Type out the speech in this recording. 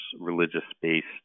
religious-based